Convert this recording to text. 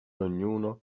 ognuno